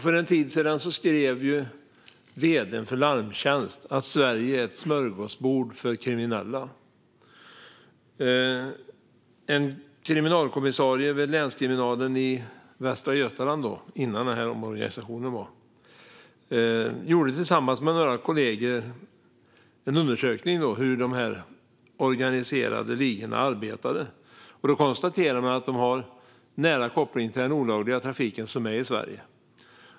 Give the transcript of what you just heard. För en tid sedan skrev vd:n för Larmtjänst att Sverige är ett smörgåsbord för kriminella. En kriminalkommissarie i Västra Götaland gjorde tillsammans med några kollegor en undersökning av hur de organiserade ligorna arbetade och konstaterade att de har nära koppling till den olagliga trafiken i Sverige.